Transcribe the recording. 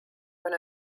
when